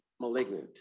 malignant